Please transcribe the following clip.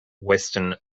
western